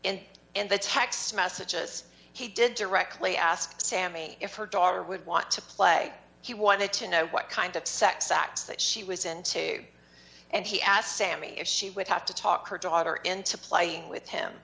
and in the text messages he did directly ask sammy if her daughter would want to play he wanted to know what kind of sex acts that she was into and he asked sammi if she would have to talk her daughter into playing with him